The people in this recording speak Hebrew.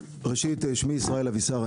ראשית שמי ישראל אבישר,